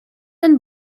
and